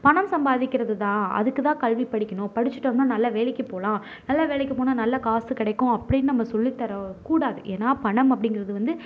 பணம் சம்பாதிக்கிறதுதான் அதுக்குதான் கல்வி படிக்கணும் படிச்சிட்டோம்னா நல்ல வேலைக்குப் போகலாம் நல்ல வேலைக்குப் போனால் நல்லா காசு கிடைக்கும் அப்படினு நம்ம சொல்லித்தர கூடாது ஏன்னா பணம் அப்படிங்கிறது வந்து